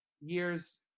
years